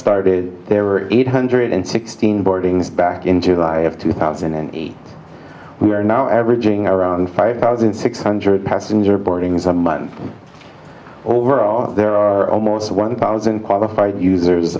started there were eight hundred and sixteen boardings back in july of two thousand and we are now averaging around five thousand six hundred passenger boardings a month overall there are almost one thousand qualified users